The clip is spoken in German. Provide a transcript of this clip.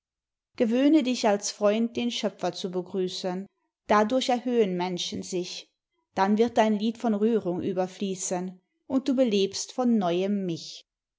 gewöhne dich als freund den schöpfer zu begrüßen dadurch erhöhen menschen sich dann wird dein lied von rührung überfließen und du belebst von neuem mich